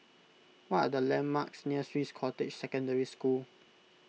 what are the landmarks near Swiss Cottage Secondary School